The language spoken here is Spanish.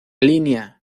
línea